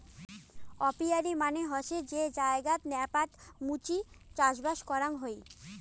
apiary মানে হসে যে জায়গাত নেকাব মুচি চাষবাস করাং হই